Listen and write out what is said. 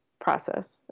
process